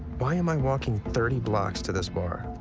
why am i walking thirty blocks to this bar?